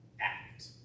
act